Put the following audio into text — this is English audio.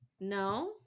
No